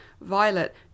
Violet